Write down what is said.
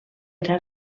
era